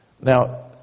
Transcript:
Now